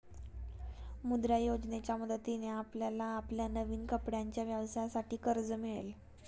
मुद्रा योजनेच्या मदतीने आपल्याला आपल्या नवीन कपड्यांच्या व्यवसायासाठी कर्ज मिळेल